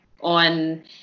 on